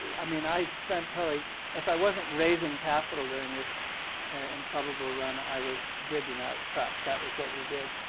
i mean, i spent probably if i wasn't raising capital during this improbable run, i was digging out trucks. that was what we did.